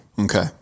Okay